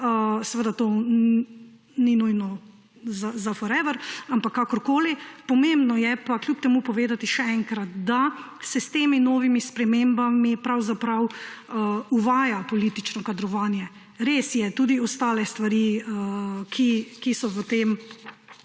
Seveda to ni nujno za forever, ampak kakorkoli. Pomembno je pa kljub temu povedati še enkrat, da se s temi novimi spremembami pravzaprav uvaja politično kadrovanje. Res je, tudi ostale stvari, ki so v tem